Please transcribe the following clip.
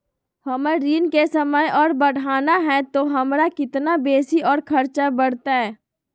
हमर ऋण के समय और बढ़ाना है तो हमरा कितना बेसी और खर्चा बड़तैय?